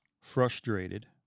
Frustrated